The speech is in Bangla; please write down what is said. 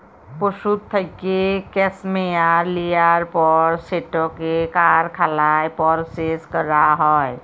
পশুর থ্যাইকে ক্যাসমেয়ার লিয়ার পর সেটকে কারখালায় পরসেস ক্যরা হ্যয়